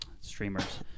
Streamers